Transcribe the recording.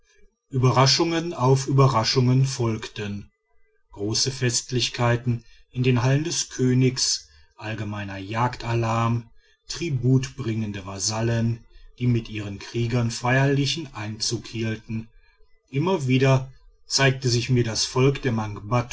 überraschungen auf überraschungen folgten große festlichkeiten in den hallen des königs allgemeiner jagdalarm tributbringende vasallen die mit ihren kriegern feierlichen einzug hielten immer wieder zeigte sich mir das volk der